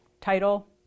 title